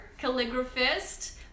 calligraphist